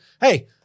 Hey